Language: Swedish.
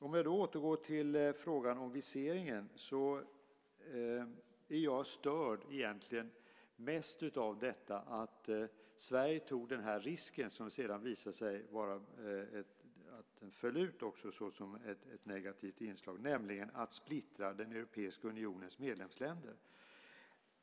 För att återgå till frågan om viseringen är jag egentligen mest störd av detta att Sverige tog den här risken som sedan visade sig falla ut som ett negativt inslag, nämligen att splittra den europeiska unionens medlemsländer.